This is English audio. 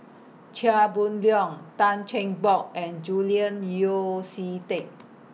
Chia Boon Leong Tan Cheng Bock and Julian Yeo See Teck